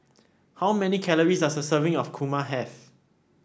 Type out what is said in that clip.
how many calories does a serving of kurma have